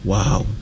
Wow